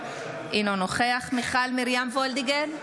אינו נוכח מיכל מרים וולדיגר,